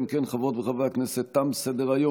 אם כן, חברות וחברי הכנסת, תם סדר-היום.